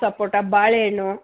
ಸಪೋಟ ಬಾಳೆಹಣ್ಣು